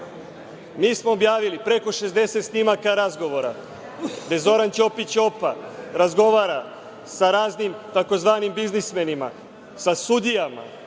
smo objavili preko 60 snimaka razgovora gde Zoran Ćopić – Ćopa razgovara sa raznim tzv. biznismenima, sa sudijama,